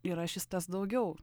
yra šis tas daugiau